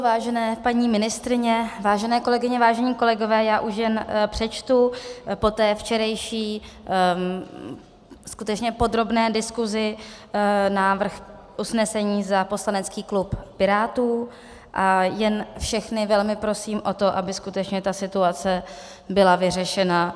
Vážené paní ministryně, vážené kolegyně, vážení kolegové, já už jen přečtu po té včerejší skutečně podrobné diskusi návrh usnesení za poslanecký klub Pirátů a všechny velmi prosím o to, aby skutečně ta situace byla vyřešena.